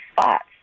spots